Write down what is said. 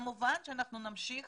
כמובן שאנחנו נמשיך